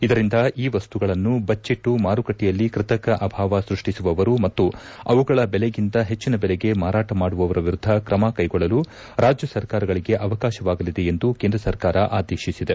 ಇದರಿಂದ ಈ ವಸ್ತುಗಳನ್ನು ಬಚ್ಚಟ್ಟು ಮಾರುಕಟ್ಟೆಯಲ್ಲಿ ಕೃತಕ ಅಭಾವ ಸೃಷ್ಟಿಸುವವರು ಮತ್ತು ಅವುಗಳ ಬೆಲೆಗಿಂತ ಹೆಚ್ಚಿನ ಬೆಲೆಗೆ ಮಾರಾಟ ಮಾಡುವವರ ವಿರುದ್ಧ ತ್ರಮ ಕೈಗೊಳ್ಳಲು ರಾಜ್ಯ ಸರ್ಕಾರಗಳಿಗೆ ಅವಕಾಶವಾಗಲಿದೆ ಎಂದು ಕೇಂದ್ರ ಸರ್ಕಾರ ಆದೇಶಿಸಿದೆ